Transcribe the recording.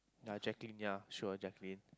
they are checking ya sure Jacqueline